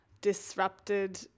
disrupted